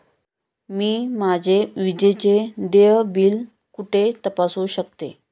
मी माझे विजेचे देय बिल कुठे तपासू शकते?